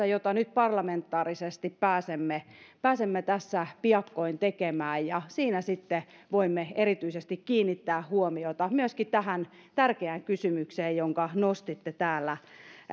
jota nyt parlamentaarisesti pääsemme pääsemme tässä piakkoin tekemään ja siinä sitten voimme erityisesti kiinnittää huomiota myöskin tähän tärkeään kysymykseen jonka nostitte täällä